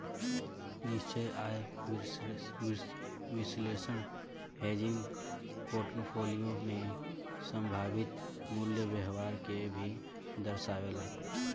निश्चित आय विश्लेषण हेजिंग पोर्टफोलियो में संभावित मूल्य व्यवहार के भी दर्शावेला